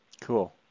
Cool